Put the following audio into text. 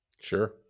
Sure